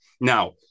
Now